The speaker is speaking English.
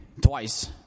twice